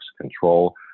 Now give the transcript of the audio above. control